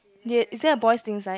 ya is it a boys thing right